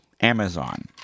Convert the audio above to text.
Amazon